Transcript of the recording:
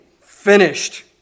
finished